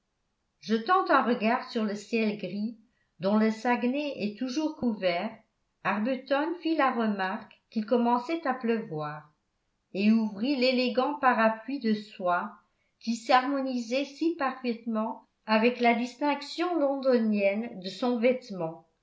jetant un regard sur le ciel gris dont le saguenay est toujours couvert arbuton fit la remarque qu'il commençait à pleuvoir et ouvrit l'élégant parapluie de soie qui s'harmonisait si parfaitement avec la distinction londonienne de son vêtement